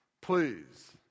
Please